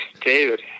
David